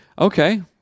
okay